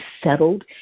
settled